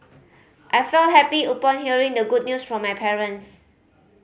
I felt happy upon hearing the good news from my parents